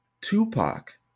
Tupac